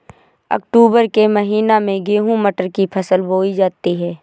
अक्टूबर के महीना में गेहूँ मटर की फसल बोई जाती है